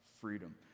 freedom